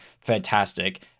fantastic